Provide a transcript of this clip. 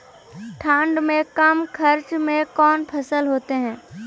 ठंड मे कम खर्च मे कौन फसल होते हैं?